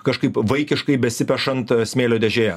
kažkaip vaikiškai besipešant smėlio dėžėje